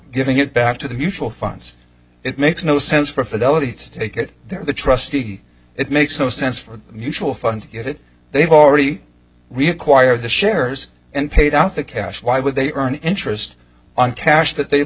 giving it back to the mutual funds it makes no sense for fidelity to take it there the trustee it makes no sense for mutual fund it they've already required the shares and paid out the cash why would they earn interest on cash that they've